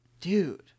Dude